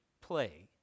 play